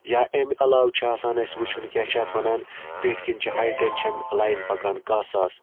یا امہِ علاوٕ چھُ اَسہِ آسان وٕچھُن کیاہ چھِ یَتھ ونان پٮ۪ٹھٕے کِنۍ چھُ ہاے ٹینشَن لایِن پَکان کاہ ساس